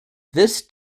this